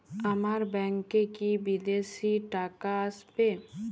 আমার ব্যংকে কি বিদেশি টাকা আসবে?